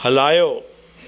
हलायो